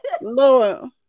Lord